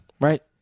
Right